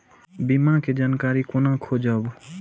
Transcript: बीमा के जानकारी कोना खोजब?